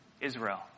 Israel